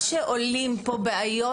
רויטל.) אני מבינה שעולות פה בעיות,